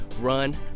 run